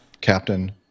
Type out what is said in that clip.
captain